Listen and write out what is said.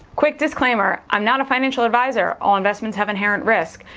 quick disclaimer, i'm not a financial advisor, all investments have inherent risk,